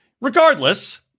Regardless—